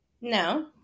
No